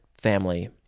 family